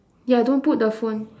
ya don't put the phone